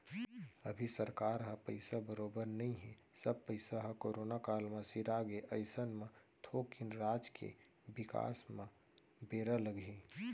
अभी सरकार ह पइसा बरोबर नइ हे सब पइसा ह करोना काल म सिरागे अइसन म थोकिन राज के बिकास म बेरा लगही